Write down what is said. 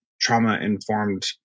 trauma-informed